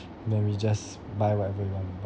then we just buy whatever we want to